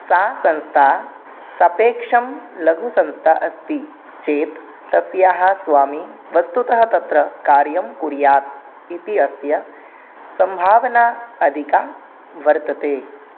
सा संस्था सापेक्षं लघुसंस्था अस्ति चेत् तस्याः स्वामी वस्तुतः तत्र कार्यं कुर्यात् इति अस्याः सम्भावना अधिका वर्तते